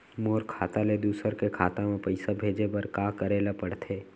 मोर खाता ले दूसर के खाता म पइसा भेजे बर का करेल पढ़थे?